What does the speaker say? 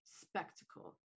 spectacle